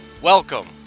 Welcome